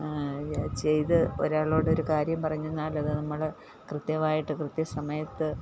ചെയ്ത് ഒരാളോടൊരു കാര്യം പറഞ്ഞെന്നാലത് നമ്മള് കൃത്യമായിട്ട് കൃത്യ സമയത്ത്